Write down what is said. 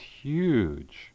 huge